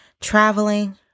traveling